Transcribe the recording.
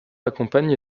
accompagne